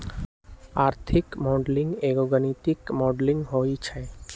आर्थिक मॉडलिंग एगो गणितीक मॉडलिंग होइ छइ